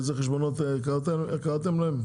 איך קראתם להם?